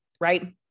right